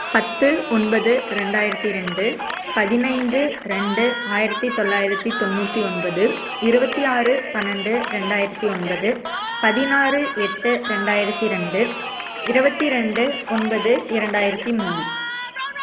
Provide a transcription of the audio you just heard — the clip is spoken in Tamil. பத்து ஒன்பது ரெண்டாயிரத்து ரெண்டு பதினைந்து ரெண்டு ஆயிரத்து தொளாயிரத்து தொண்ணூற்றி ஒன்பது இருபத்தி ஆறு பன்னெண்டு ரெண்டாயிரத்து ஒன்பது பதினாறு எட்டு ரெண்டாயிரத்து ரெண்டு இருவத்தி ரெண்டு ஒன்பது இரண்டாயிரத்து மூணு